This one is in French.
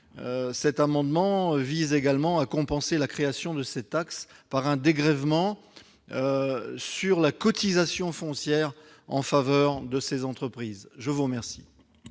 cet amendement vise également à compenser la création de cette taxe par un dégrèvement sur la cotisation foncière en faveur de ces dernières. Le sous-amendement